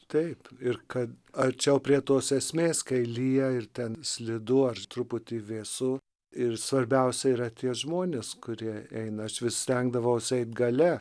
taip ir kad arčiau prie tos esmės kai lyja ir ten slidu ar truputį vėsu ir svarbiausia yra tie žmonės kurie eina aš vis stengdavaus eit gale